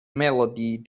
melody